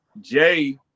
Jay